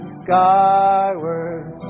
skyward